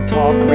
Talk